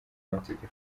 amategeko